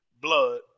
blood